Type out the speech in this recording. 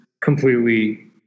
completely